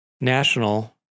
National